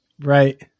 Right